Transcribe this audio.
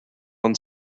one